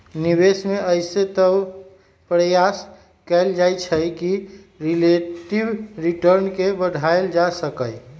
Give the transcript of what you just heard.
निवेश में अइसे तऽ प्रयास कएल जाइ छइ कि रिलेटिव रिटर्न के बढ़ायल जा सकइ